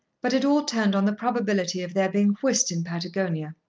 but it all turned on the probability of there being whist in patagonia.